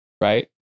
Right